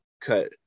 cut